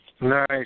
Nice